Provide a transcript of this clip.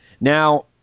Now